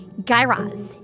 guy raz,